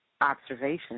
observation